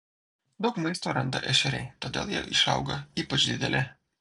daug maisto randa ešeriai todėl jie išauga ypač dideli